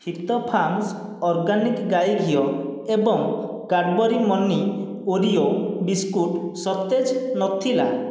ହିତ farms organic ଗାଈ ଘିଅ ଏବଂ କ୍ୟାଡ଼୍ବରି ମନି ଓରିଓ ବିସ୍କୁଟ ସତେଜ ନଥିଲା